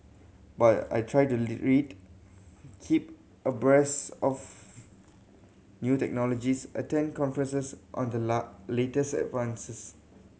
but I try to read keep abreast of new technologies attend conferences on the latest advances